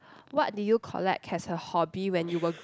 what did you collect as a hobby when you were